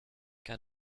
car